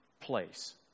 place